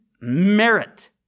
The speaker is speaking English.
merit